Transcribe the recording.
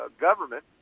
government